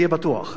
תהיה בטוח.